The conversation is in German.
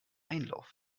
einlauf